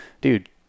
dude